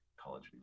college